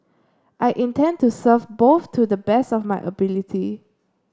I intend to serve both to the best of my ability